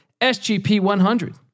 SGP100